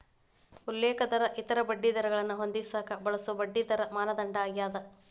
ಉಲ್ಲೇಖ ದರ ಇತರ ಬಡ್ಡಿದರಗಳನ್ನ ಹೊಂದಿಸಕ ಬಳಸೊ ಬಡ್ಡಿದರ ಮಾನದಂಡ ಆಗ್ಯಾದ